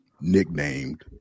nicknamed